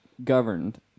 governed